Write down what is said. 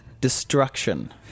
destruction